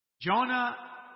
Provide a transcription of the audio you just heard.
Jonah